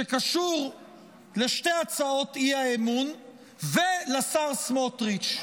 שקשור לשתי הצעות אי-האמון ולשר סמוטריץ':